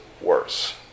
worse